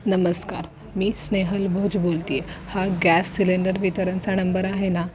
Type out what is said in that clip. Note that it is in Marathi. नमस्कार मी स्नेहल भोज बोलते आहे हा गॅस सिलेंडर वितरणचा नंबर आहे ना